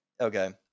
okay